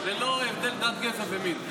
ללא הבדלי דת, גזע ומין.